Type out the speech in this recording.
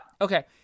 Okay